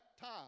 time